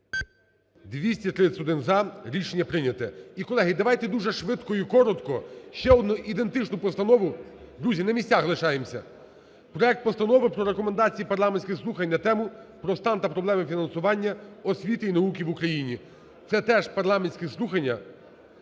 За-231 Рішення прийнято. І, колеги, давайте дуже швидко і коротко ще одну ідентичну постанову. Друзі, на місцях лишаємося. Проект Постанови про Рекомендації парламентських слухань на тему: "Про стан та проблеми фінансування освіти і науки в Україні". Це теж парламентські слухання.